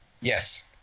yes